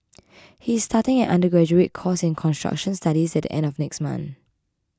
he is starting an undergraduate course in construction studies at the end of next month